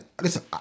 listen